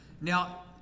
now